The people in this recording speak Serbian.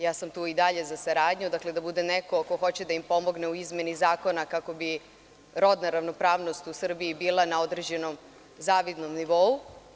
Ja sam tu i dalje za saradnju, da budem neko ko hoće da im pomogne u izmeni zakona kako bi rodna ravnopravnost u Srbiji bila na određenom zavidnom nivou.